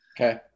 Okay